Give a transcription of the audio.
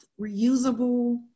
reusable